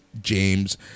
James